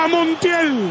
Montiel